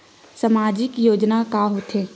सामाजिक योजना का होथे?